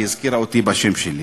והיא הזכירה אותי בשם שלי,